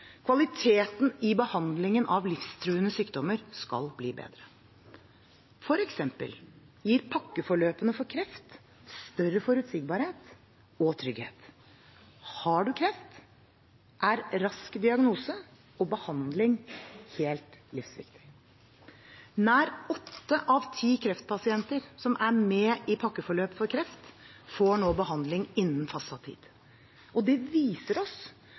Kvaliteten i behandlingen av livstruende sykdommer skal bli bedre. For eksempel gir pakkeforløpene for kreft større forutsigbarhet og trygghet. Har man kreft, er rask diagnose og behandling helt livsviktig. Nær åtte av ti kreftpasienter som er med i pakkeforløp for kreft, får nå behandling innen fastsatt tid. Det viser oss